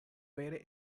vere